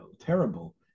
terrible